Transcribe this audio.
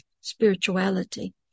spirituality